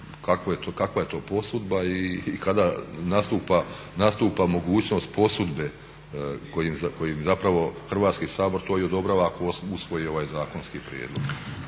kakva je to posudba i kada nastupa mogućnost posudbe kojim zapravo Hrvatski sabor to i odobrava ako usvoji ovaj zakonski prijedlog.